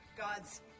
god's